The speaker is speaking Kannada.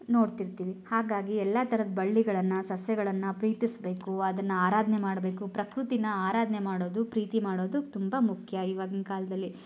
ನೋಡ್ತಿರ್ತೀವಿ ಹಾಗಾಗಿ ಎಲ್ಲ ಥರದ ಬಳ್ಳಿಗಳನ್ನು ಸಸ್ಯಗಳನ್ನು ಪ್ರೀತಿಸಬೇಕು ಅದನ್ನು ಆರಾಧನೆ ಮಾಡಬೇಕು ಪ್ರಕೃತಿನ ಆರಾಧನೆ ಮಾಡೋದು ಪ್ರೀತಿ ಮಾಡೋದು ತುಂಬ ಮುಖ್ಯ ಇವಾಗಿನ ಕಾಲದಲ್ಲಿ